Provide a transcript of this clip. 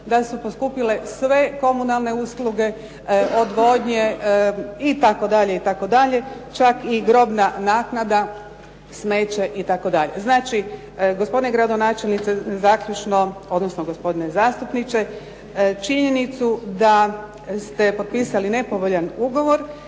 da su poskupile sve komunalne usluge odvodnje itd., itd., čak i grobna naknada, smeće itd. Znači, gospodine gradonačelniče, zaključno, odnosno gospodine zastupniče, činjenicu da ste potpisali nepovoljan ugovor